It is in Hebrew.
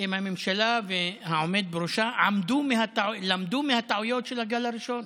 אם הממשלה והעומד בראשה למדו מהטעויות של הגל הראשון,